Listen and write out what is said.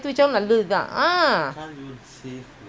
smoking